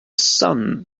sun